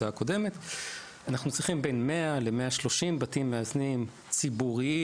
הקודמת - אנחנו צריכים בין 100 ל-130 בתים מאזנים ציבוריים,